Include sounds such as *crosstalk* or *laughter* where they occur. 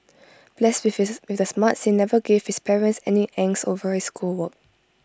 blessed with *unintelligible* the smarts he never gave his parents any angst over his schoolwork